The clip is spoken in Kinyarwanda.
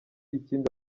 ikindi